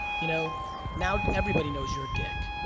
you know now, everybody knows your dick.